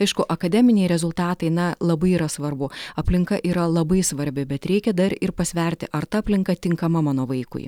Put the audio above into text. aišku akademiniai rezultatai na labai yra svarbu aplinka yra labai svarbi bet reikia dar ir pasverti ar ta aplinka tinkama mano vaikui